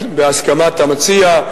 בהסכמת המציע,